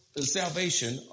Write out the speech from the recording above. salvation